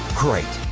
great,